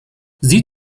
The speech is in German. sie